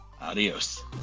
Adios